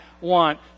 want